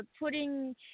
putting